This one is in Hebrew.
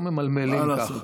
לא ממלמלים ככה,